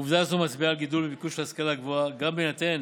עובדה זו מצביעה על גידול בביקוש להשכלה גבוהה גם בהינתן